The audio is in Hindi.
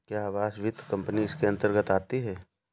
क्या आवास वित्त कंपनी इसके अन्तर्गत आती है?